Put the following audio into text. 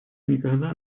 никогда